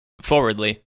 Forwardly